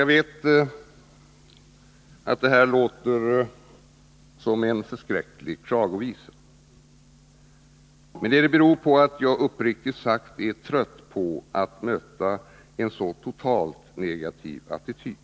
Jag vet att det här låter som en förskräcklig klagovisa, men det beror på att jag uppriktigt sagt är trött på att möta en så totalt negativ attityd.